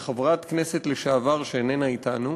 לחברת כנסת לשעבר שאיננה אתנו